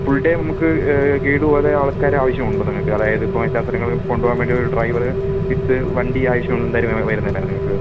full day നമുക്ക് guide പോലെ ആൾക്കാരെ ആവശ്യമുണ്ടോ നിങ്ങൾക്ക് അതായത് ഇപ്പം എല്ലാ സ്ഥലങ്ങളും കൊണ്ടു പോകാൻ വേണ്ടിയൊരു ഡ്രൈവർ വിത്ത് വണ്ടി ആവശ്യം എന്തായാലും വരുന്നില്ലേ നിങ്ങൾക്ക്